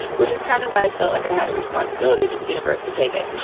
which is kind of why i felt like i had a responsibility to the universe to take it.